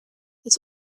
this